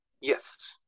Yes